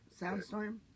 Soundstorm